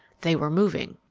they were moving!